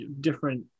different